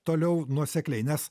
toliau nuosekliai nes